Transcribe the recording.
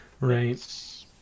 Right